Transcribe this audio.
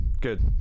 Good